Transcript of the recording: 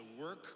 work